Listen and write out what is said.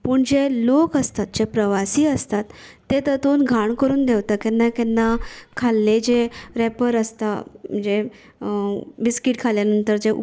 पूण जे लोक आसतात जे प्रवासी असतात ते तातूंत घाण करून देंवतात केन्ना केन्ना खाल्ले जे रॅपर आसता जे बिस्कीट खाल्या नंतर जे